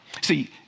See